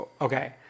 Okay